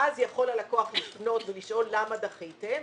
ואז יכול הלקוח לפנות ולשאול למה דחיתם?